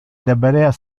deberea